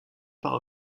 par